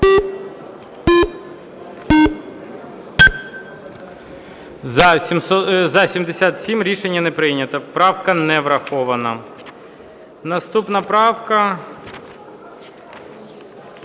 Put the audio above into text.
За-77 Рішення не прийнято. Правка не врахована. Наступна правка